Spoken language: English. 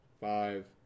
five